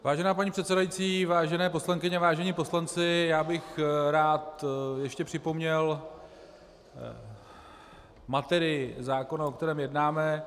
Vážená paní předsedající, vážené poslankyně, vážení poslanci, já bych rád ještě připomněl materii zákona, o kterém jednáme.